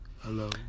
Hello